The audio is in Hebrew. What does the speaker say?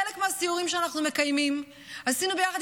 חלק מהסיורים שאנחנו מקיימים עשינו ביחד,